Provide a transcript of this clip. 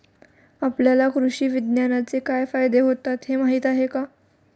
आपल्याला कृषी विज्ञानाचे काय फायदे होतात हे माहीत आहे का?